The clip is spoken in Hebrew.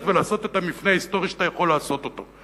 לבטח ולעשות את המפנה ההיסטורי שאתה יכול לעשות אותו,